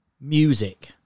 music